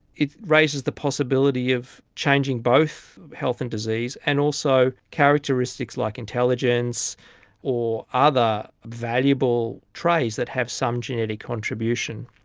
it raises the possibility of changing both health and disease and also characteristics like intelligence or other valuable traits that have some genetic contribution.